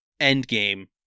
Endgame